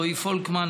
רועי פולקמן,